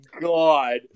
god